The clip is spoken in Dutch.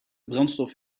brandstof